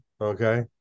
okay